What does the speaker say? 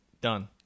done